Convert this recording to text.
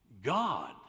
God